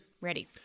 Ready